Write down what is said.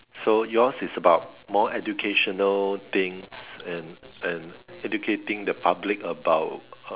so yours is about more educational things and and educating the public about how